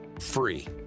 free